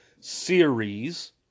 series